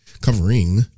covering